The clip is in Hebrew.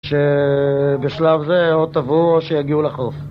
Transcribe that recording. שבשלב זה או תבואו או שיגיעו לחוף